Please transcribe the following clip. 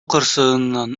кырсыгынан